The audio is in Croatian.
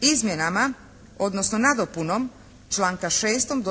izmjenama odnosno nadopunom članka 6.,